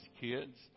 kids